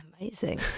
Amazing